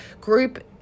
group